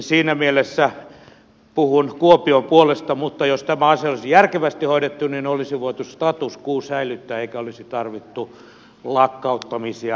siinä mielessä puhun kuopion puolesta mutta jos tämä asia olisi järkevästi hoidettu niin olisi voitu status quo säilyttää eikä olisi tarvittu lakkauttamisia missään